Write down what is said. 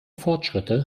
fortschritte